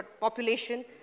population